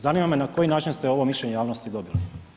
Zanima me na koji način ste ovo mišljenje javnosti dobili?